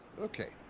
Okay